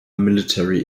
military